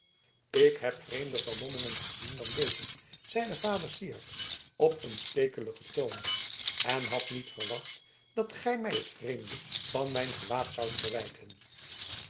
ik heb vreemder vermommingen gezien dan deze zeide vader syard op een stekeligen toon en had niet verwacht dat gij mij het vreemde van mijn gewaad zoudt verwijten